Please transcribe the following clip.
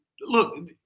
look